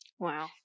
Wow